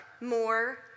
more